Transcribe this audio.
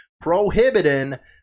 prohibiting